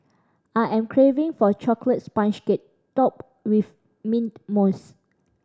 I am craving for a chocolate sponge cake topped with mint mousse